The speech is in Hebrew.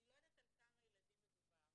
אני לא יודעת על כמה ילדים מדובר,